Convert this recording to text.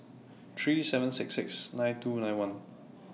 three seven six six nine two nine one